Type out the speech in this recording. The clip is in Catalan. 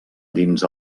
dins